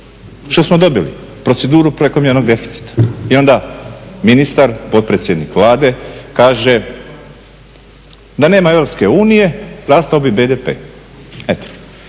Što smo dobili? Proceduru prekomjernog deficita. I onda ministar, potpredsjednik Vlade kaže da nema EU rastao bi BDP,